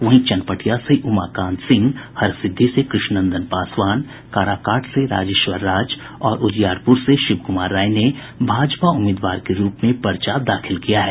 वहीं चनपटिया से उमाकांत सिंह हरसिद्धी से कृष्णनंदन पासवान काराकाट से राजेश्वर राज और उजियारपुर से शिव कुमार राय ने भाजपा उम्मीदवार के रूप में पर्चा दाखिल किया है